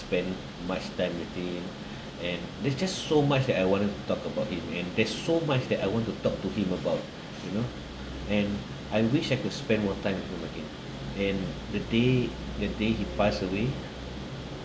spend much time with him and there's just so much that I wanted to talk about him and there's so much that I want to talk to him about you know and I wish I could spend more time with him talking and the day the day he passed away